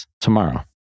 Tomorrow